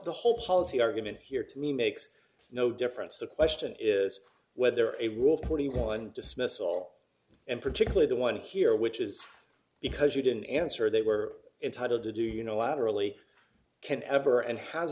the whole policy argument here to me makes no difference the question is whether a rule forty one dismissal and particularly the one here which is because you didn't answer they were entitled to do you know laterally can ever and has